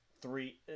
three